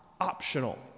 optional